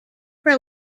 for